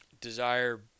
desire